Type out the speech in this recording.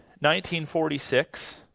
1946